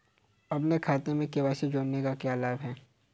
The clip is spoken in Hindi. अपने खाते में के.वाई.सी जोड़ने का क्या लाभ है?